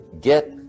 Get